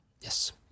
yes